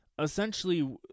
essentially